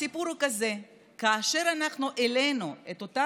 הסיפור הוא כזה: כאשר אנחנו העלינו את אותה